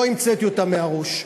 לא המצאתי אותם מהראש.